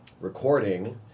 recording